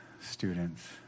students